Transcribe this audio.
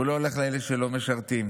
הוא לא הולך לאלה שלא משרתים.